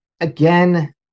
again